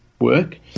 work